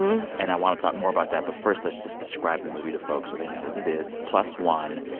and i want to talk more about that. but first, let's just describe the movie to folks so they know what it is. plus one,